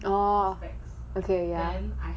orh okay okay